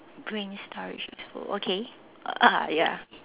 brain storage is full okay uh ah ya